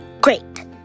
great